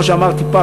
כמו שאמרתי,